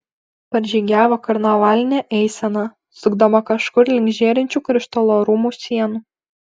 pražygiavo karnavalinė eisena sukdama kažkur link žėrinčių krištolo rūmų sienų